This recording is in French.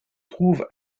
trouve